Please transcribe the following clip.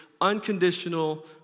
unconditional